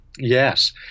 Yes